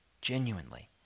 genuinely